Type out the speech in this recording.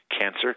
Cancer